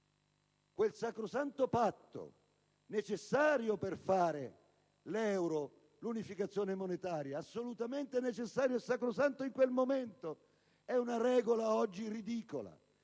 Quel sacrosanto patto, necessario per fare l'euro, l'unificazione monetaria, assolutamente necessario e sacrosanto in quel momento, è una regola oggi ridicola.